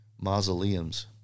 mausoleums